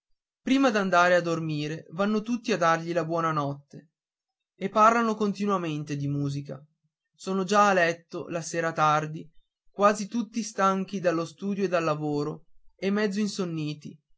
padre prima d'andare a dormire vanno tutti a dargli la buona notte e parlano continuamente di musica sono già a letto la sera tardi quasi tutti stanchi dallo studio e dal lavoro e mezzo insonniti